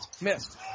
Missed